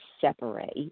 separate